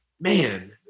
man